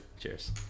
Cheers